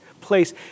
place